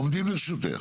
עומדים לרשותך.